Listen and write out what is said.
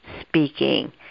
speaking